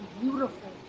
beautiful